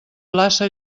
plaça